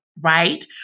right